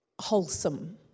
wholesome